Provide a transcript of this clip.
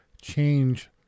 change